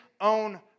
own